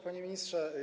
Panie Ministrze!